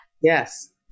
Yes